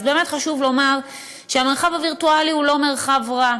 אז באמת חשוב לומר שהמרחב הווירטואלי הוא לא מרחב רע.